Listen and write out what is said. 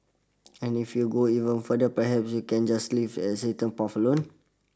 and if you go even further perhaps you can just leave existing paths alone